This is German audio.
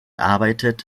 arbeitet